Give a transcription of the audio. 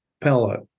pellet